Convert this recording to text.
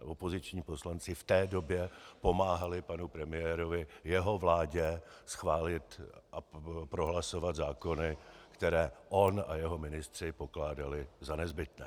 Opoziční poslanci v té době pomáhali panu premiérovi, jeho vládě, schválit a prohlasovat zákony, které on a jeho ministři pokládali za nezbytné.